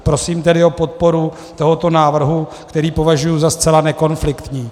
Prosím tedy o podporu tohoto návrhu, který považuji za zcela nekonfliktní.